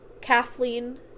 Kathleen